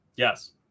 Yes